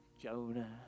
Jonah